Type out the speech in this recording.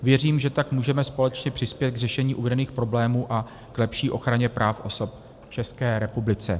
Věřím, že tak můžeme společně přispět k řešení uvedených problémů a k lepší ochraně práv osob v České republice.